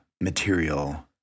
material